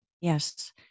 Yes